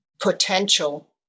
potential